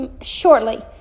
shortly